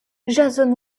jason